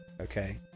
okay